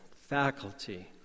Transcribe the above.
faculty